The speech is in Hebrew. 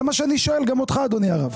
זה מה שאני שואל גם אותך, אדוני הרב.